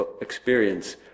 experience